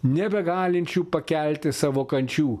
nebegalinčių pakelti savo kančių